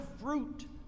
fruit